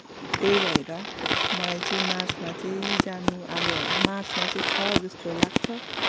त्यही भएर मलाई चाहिँ मार्समा चाहिँ जानु अब मार्समा चाहिँ छ जस्तो लाग्छ